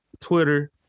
Twitter